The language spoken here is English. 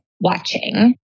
watching